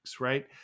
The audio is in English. right